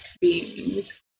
beings